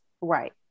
Right